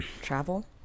travel